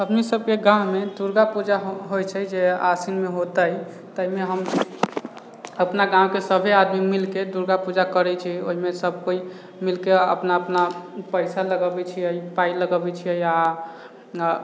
अपनो सबके गाँवमे दुर्गा पूजा होइ छै जे आसिनमे होतै ताहिमे हम अपना गाँवके सब आदमी मिलिकऽ दुर्गा पूजा करै छै ओहिमे सब कोइ मिलिकऽ अपना अपना पइसा लगबै छिए पाइ लगबै छिए आओर